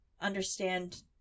understand